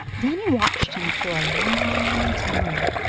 danny watched him for a long time.